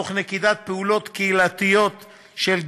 תוך נקיטת פעולות קהילתיות של גישור.